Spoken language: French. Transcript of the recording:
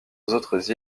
autres